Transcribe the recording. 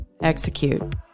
execute